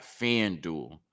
FanDuel